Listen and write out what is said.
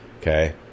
okay